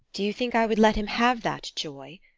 do you think i would let him have that joy?